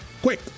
Quick